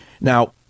Now